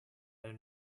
under